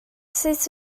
sut